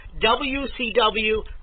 WCW